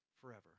forever